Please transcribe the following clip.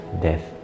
death